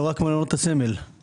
לא רק מעונות הסמל.